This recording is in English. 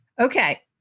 Okay